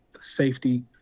safety